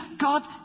God